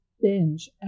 binge